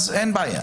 אין בעיה